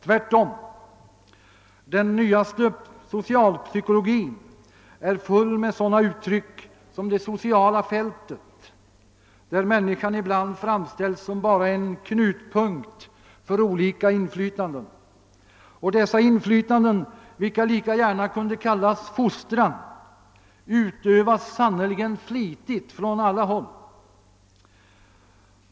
Tvärtom, den nya socialpsykologin är full med sådana uttryck som »det sociala fältet», där människan ibland framställs som bara en knutpunkt för olika inflytanden. Dessa inflytanden, som lika gärna kunde kallas fostran, utövas sannerligen flitigt på alla håll.